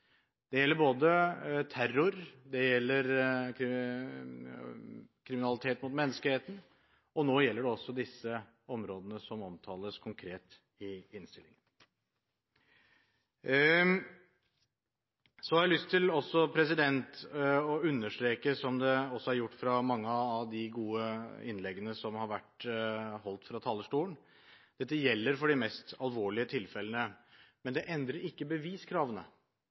Det gjelder terror, forbrytelser mot menneskeheten, og nå gjelder det også de områdene som omtales konkret i innstillingen. Jeg har også lyst til å understreke – som også er gjort i mange av de gode innleggene som har blitt holdt fra talerstolen – at dette gjelder for de mest alvorlige tilfellene. Men det endrer ikke beviskravene.